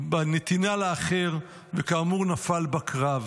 בנתינה לאחר, וכאמור נפל בקרב.